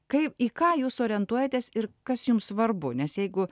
kaip į ką jūs orientuojatės ir kas jums svarbu nes jeigu